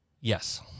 Yes